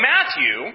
Matthew